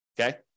okay